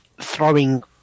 throwing